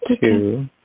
two